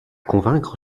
convaincre